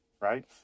Right